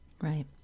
Right